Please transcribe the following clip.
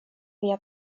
via